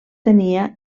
tenia